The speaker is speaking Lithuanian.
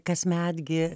kasmet gi